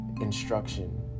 instruction